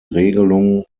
regelung